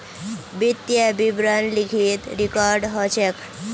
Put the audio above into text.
वित्तीय विवरण लिखित रिकॉर्ड ह छेक